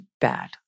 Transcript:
bad